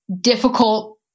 difficult